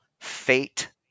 fate